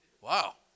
wow